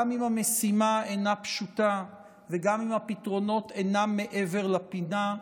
גם אם המשימה אינה פשוטה וגם אם הפתרונות אינם מעבר לפינה,